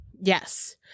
Yes